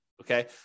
okay